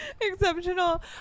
exceptional